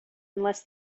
unless